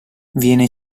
viene